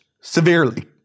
severely